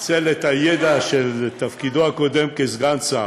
ניצל את הידע מתפקידו הקודם כסגן שר,